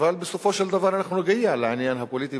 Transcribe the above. אבל בסופו של דבר נגיע לעניין הפוליטי